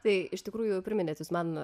tai iš tikrųjų priminėt jūs man